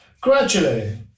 Gradually